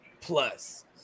plus